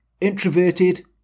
introverted